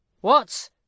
What